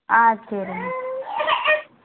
ஆ சரிங்க